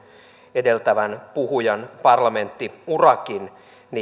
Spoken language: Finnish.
edeltävän puhujan parlamenttiurakin